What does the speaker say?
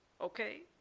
okay